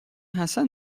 حسن